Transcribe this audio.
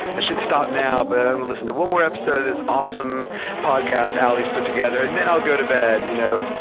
i should stop now, but i just wanna listen to one more episode of this awesome podcast alie's put together and then i'll go to bed! you know?